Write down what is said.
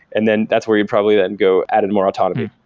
and then that's where you'd probably then go add and more autonomy.